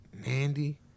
Nandy